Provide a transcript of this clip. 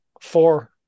four